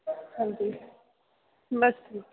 हां जी बस ठीक